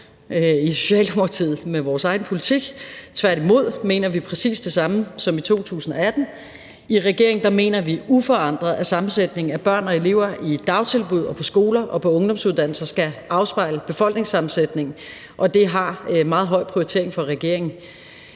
i Socialdemokratiet, uenige i vores egen politik. Tværtimod mener vi præcis det samme som i 2018. I regeringen mener vi uforandret, at sammensætningen af børn og elever i dagtilbud og på skoler og på ungdomsuddannelser skal afspejle befolkningssammensætningen, og det har meget høj prioritering fra regeringens